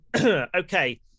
Okay